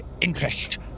interest